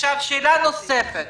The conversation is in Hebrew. שאלה נוספת,